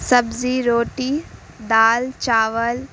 سبزی روٹی دال چاول